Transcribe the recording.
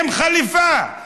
עם חליפה.